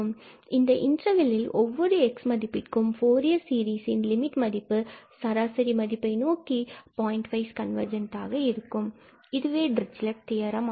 இந்த இன்டர்வெல்லில் ஒவ்வொரு x மதிப்பிற்கும் ஃபூரியர் சீரிசின் லிமிட் ன் மதிப்பு சராசரி மதிப்பை நோக்கி பாயிண்ட் வைஸ் கன்வர்ஜென்ஸ் ஆக இருக்கும் இதுவே டிரிச்சிலட் தியரம் ஆகும்